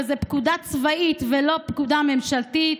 זו פקודה צבאית ולא פקודה ממשלתית.